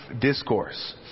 Discourse